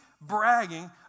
bragging